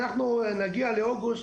אנחנו נגיע לאוגוסט,